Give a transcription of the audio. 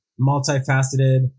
multifaceted